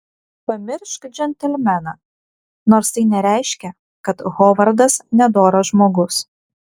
pamiršk džentelmeną nors tai nereiškia kad hovardas nedoras žmogus